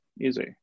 easy